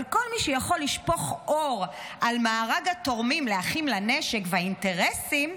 אבל כל מי שיכול לשפוך אור על מארג התורמים לאחים לנשק והאינטרסים,